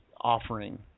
offering